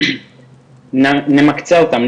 נמקצע אותם,